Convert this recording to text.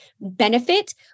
benefit